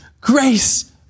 grace